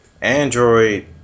Android